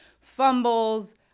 fumbles